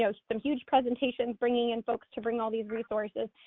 so some huge presentations, bringing in folks to bring all these resources,